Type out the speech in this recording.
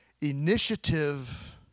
Initiative